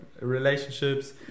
relationships